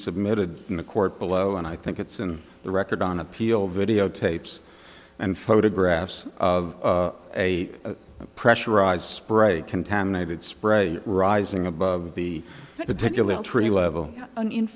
submitted in the court below and i think it's in the record on appeal videotapes and photographs of a pressurized spray contaminated spray rising above the potential tree level